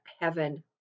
heaven